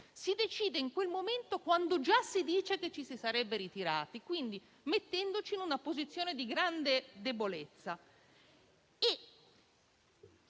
di farlo in quel momento, quando già si dice che ci si sarebbe ritirati, mettendoci quindi in una posizione di grande debolezza.